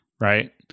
right